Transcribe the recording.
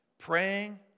praying